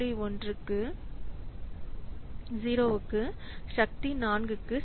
10 க்கு சக்தி 4 க்கு சமம்